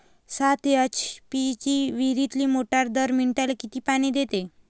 सात एच.पी ची विहिरीतली मोटार दर मिनटाले किती पानी देते?